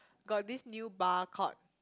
got this new bar called